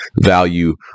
value